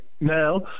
Now